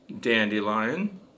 dandelion